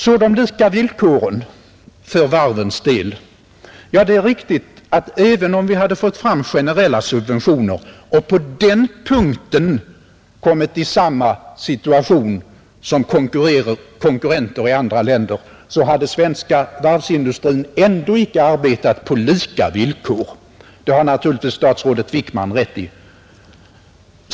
” Så till de ”lika villkoren” för varvens del, Det är riktigt att den svenska varvsindustrin, även om vi hade fått fram generella subventioner till den och på den punkten försatt den i samma läge som konkurrenterna i andra länder, ändå inte hade kunnat arbeta på lika villkor; det har naturligtvis statsrådet Wickman rätt i.